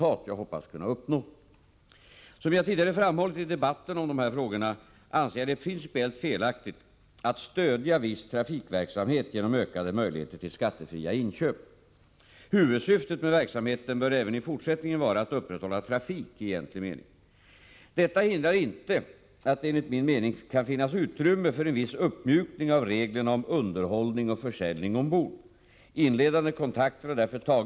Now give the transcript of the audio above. I en moderat reservation vid frågans behandling i våras hävdades att ”särskilda bestämmelser —-- för färjetrafiken i Öresund är —-—-— inte motiverade. Samma bestämmelser som i fråga om annan nordisk trafik bör gälla även i Öresundstrafik ——-—”. Detta ansåg inte majoriteten, som ändå menade att det kan vara motiverat ”att i lämpligt sammanhang ta upp ——— de frågor motionärerna aktualiserat på det nordiska planet för att åstadkomma regler som bättre överensstämmer med dem som gäller i fråga om annan nordisk färjetrafik”. 1.